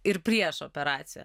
ir prieš operaciją